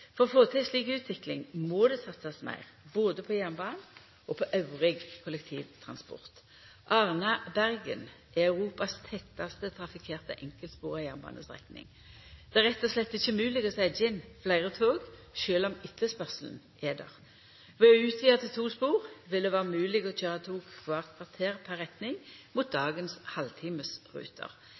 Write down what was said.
For å få til ei slik utvikling må det satsast meir både på jernbanen og på kollektivtransport elles. Arna–Bergen er Europas tettast trafikkerte enkeltspora jernbanestrekning. Det er rett og slett ikkje mogleg å setja inn fleire tog, sjølv om etterspørselen er der. Ved å utvida til to spor vil det vera mogleg å køyra tog kvart kvarter per retning mot halvtimesruter